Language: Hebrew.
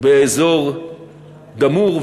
באזור דאמור,